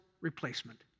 replacement